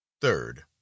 third